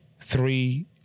Three